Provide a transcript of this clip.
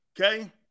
okay